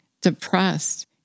depressed